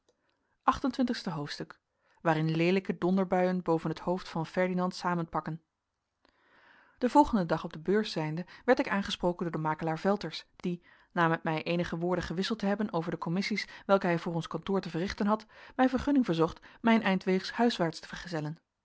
acht-en-twintigste hoofdstuk waarin leelijke donderbuien boven het hoofd van ferdinand samenpakken den volgenden dag op de beurs zijnde werd ik aangesproken door den makelaar velters die na met mij eenige woorden gewisseld te hebben over de commissies welke hij voor ons kantoor te verrichten had mij vergunning verzocht mij een eind weegs huiswaarts te vergezellen